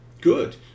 good